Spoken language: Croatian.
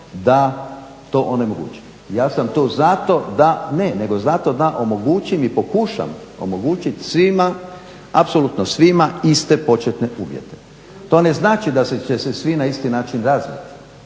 da to onemogućim. Ja sam tu zato da zato da omogućim i pokušam omogućiti svima apsolutno svima iste početne uvjete. To ne znači da će se svi na isti način razviti